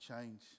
change